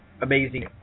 amazing